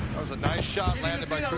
was a nice shot landed.